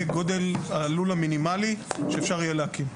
גודל הלול המינימלי שאפשר יהיה להקים.